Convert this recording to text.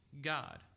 God